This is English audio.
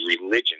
religion